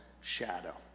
shadow